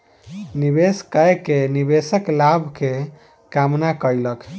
निवेश कय के निवेशक लाभ के कामना कयलक